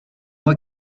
moi